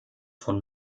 von